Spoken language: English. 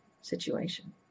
situation